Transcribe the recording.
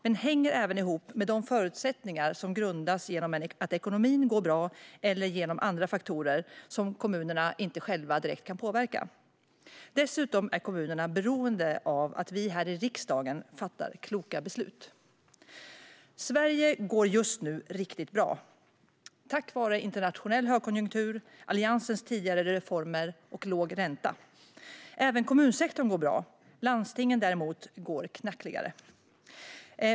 Men det hänger även ihop med de förutsättningar som grundas på att ekonomin går bra eller på andra faktorer som kommunerna inte själva kan påverka direkt. Dessutom är kommunerna beroende av att vi här i riksdagen fattar kloka beslut. Sverige går just nu riktigt bra, tack vare internationell högkonjunktur, Alliansens tidigare reformer och låg ränta. Även kommunsektorn går bra. För landstingen går det däremot knackigare.